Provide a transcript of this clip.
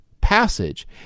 passage